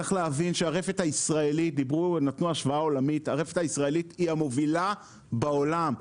צריך להבין שהרפת הישראלית היא המובילה בעולם,